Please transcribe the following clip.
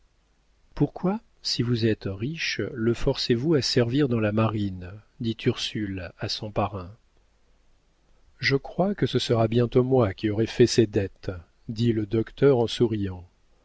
pourquoi si vous êtes riche le forcez vous à servir dans la marine dit ursule à son parrain je crois que ce sera bientôt moi qui aurai fait ses dettes dit le docteur en souriant